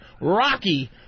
rocky